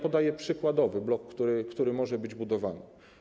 Podaję przykładowo blok, który może być budowany.